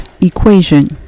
equation